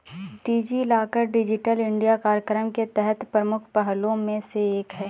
DigiLocker digital India कार्यक्रम के तहत प्रमुख पहलों में से एक है